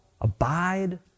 abide